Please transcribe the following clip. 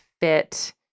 fit